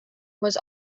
was